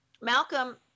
Malcolm